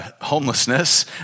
homelessness